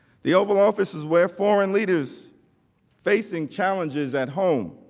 the oval office is where foreign leaders facing challenges at home,